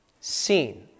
seen